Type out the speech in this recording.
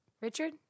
Richard